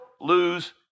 lose